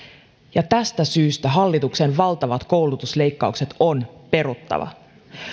ja tästä syystä hallituksen valtavat koulutusleikkaukset on peruttava